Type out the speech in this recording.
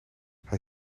hij